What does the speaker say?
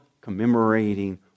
commemorating